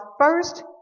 first